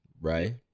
right